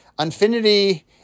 Infinity